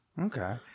Okay